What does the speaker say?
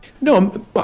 no